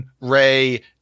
Ray